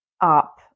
up